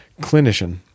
clinician